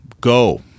Go